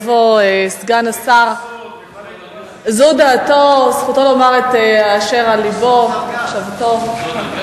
זו דעתו, זכותו לומר את אשר על לבו, מחשבתו.